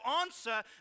answer